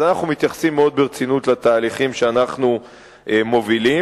אז אנחנו מתייחסים מאוד ברצינות לתהליכים שאנחנו מובילים.